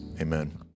Amen